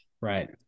Right